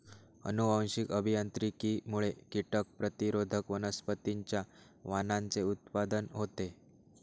अनुवांशिक अभियांत्रिकीमुळे कीटक प्रतिरोधक वनस्पतींच्या वाणांचे उत्पादन होते